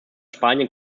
spanien